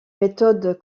méthode